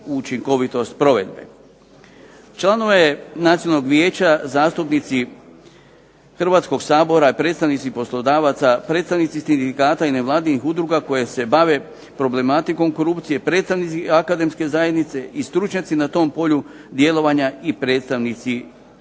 učinkovitost provedbe. Članove Nacionalnog vijeća zastupnici Hrvatskog sabora i predstavnici poslodavaca, predstavnici sindikata i nevladinih udruga koje se bave problematikom korupcije, predstavnici akademske zajednice i stručnjaci na tom polju djelovanja i predstavnici